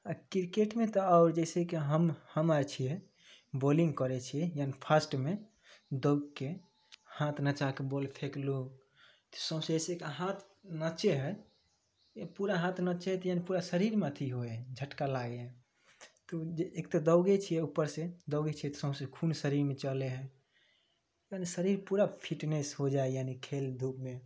आओर किरकेटमे तऽ आओर जइसेकि हम हमे छिए बॉलिन्ग करै छी फास्टमे दौगिके हाथ नचाके बॉल फेकलहुँ तऽ सौँसेके हाथ नाचै हइ पूरा हाथ नाचै हइ यानि पूरा शरीरमे अथी होइ हइ झटका लागै हइ तऽ ओ जे एक तऽ दौगै छी उपरसे दौगै छी तऽ सौँसे खून पूरा शरीरमे चलै हइ अपन शरीर पूरा फिटनेस हो जाइ यानि खेलधूपमे